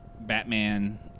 Batman